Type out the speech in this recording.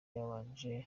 yabanje